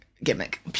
Gimmick